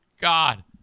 god